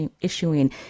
issuing